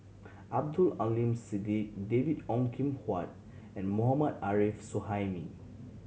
Abdul Aleem Siddique David Ong Kim Huat and Mohammad Arif Suhaimi